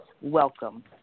Welcome